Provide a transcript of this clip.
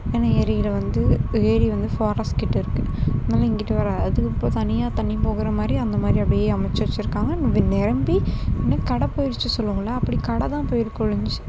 ஏன்னால் ஏரியில் வந்து ஏரி வந்து ஃபாரஸ்ட்கிட்ட இருக்குது அதனால இங்கேட்டு வரா அதுக்கு இப்போ தனியாக தண்ணி போகிற மாதிரி அந்தமாதிரி அப்படியே அமச்சு வெச்சுருக்காங்க நிரம்பி உடனே கடை போயிருச்சி சொல்லுவாங்கள்ல அப்படி கடை தான் போயிருக்கொழிஞ்சி